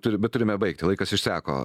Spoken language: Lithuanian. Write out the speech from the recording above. turi bet turime baigti laikas išseko